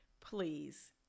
Please